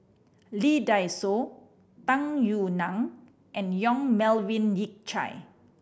Lee Dai Soh Tung Yue Nang and Yong Melvin Yik Chye